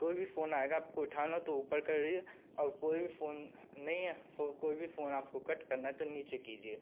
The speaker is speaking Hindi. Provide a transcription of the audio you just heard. कोई भी फ़ोन आएगा आपको उठाना हो तो ऊपर कर दीजिए और कोई भी फ़ोन नहीं है कोई भी फ़ोन आपको कट करना है तो नीचे कीजिए